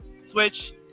Switch